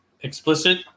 explicit